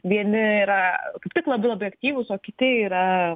vieni yra tik labiau objektyvūs o kiti yra